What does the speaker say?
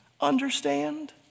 understand